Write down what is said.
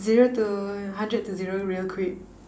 zero to hundred to zero real quick